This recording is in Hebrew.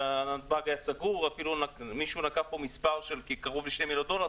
שנתב"ג היה סגור ואפילו מישהו נקב במספר של כקרוב לשני מיליון דולר.